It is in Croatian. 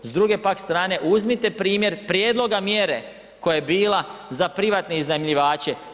S druge pak strane, uzmite primjer prijedloga mjere koja je bila za privatne iznajmljivače.